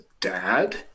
dad